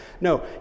No